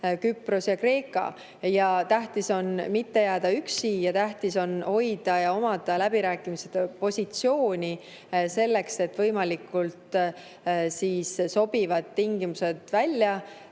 Küpros ja Kreeka. Tähtis on mitte jääda üksi ning tähtis on hoida ja omada läbirääkimistel positsiooni, et võimalikult sobivad tingimused välja